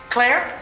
Claire